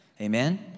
amen